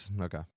okay